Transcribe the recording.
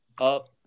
up